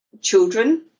children